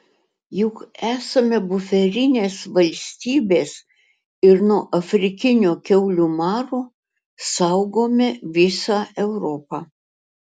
juk esame buferinės valstybės ir nuo afrikinio kiaulių maro saugome visą europą